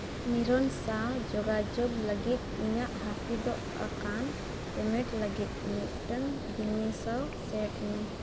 ᱱᱤᱨᱚᱱ ᱥᱟᱶ ᱡᱚᱜᱟᱡᱳᱜᱽ ᱞᱟᱹᱜᱤᱫ ᱤᱧᱟᱹᱜ ᱦᱟᱹᱯᱤᱫᱚᱜ ᱟᱠᱟᱱ ᱯᱮᱢᱮᱱᱴ ᱞᱟᱹᱜᱤᱫ ᱢᱤᱫᱴᱟᱝ ᱫᱤᱱᱮᱥᱟᱣ ᱥᱮᱴ ᱢᱮ